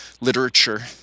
literature